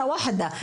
(אומרת בערבית:) פעם אחת,